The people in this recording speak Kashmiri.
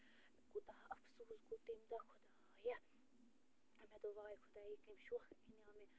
مےٚ کوٗتاہ افسوٗس گوٚو تَمہِ دۄہ خۄدایا مےٚ دوٚپ واے خۄدایا یہِ کَمہِ شوقہٕ اَنیو مےٚ